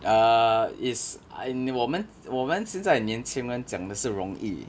err it's err 我们我们现在年轻人讲的是容易